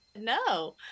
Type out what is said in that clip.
no